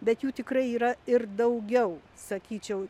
bet jų tikrai yra ir daugiau sakyčiau